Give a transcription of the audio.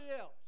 else